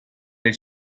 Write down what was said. del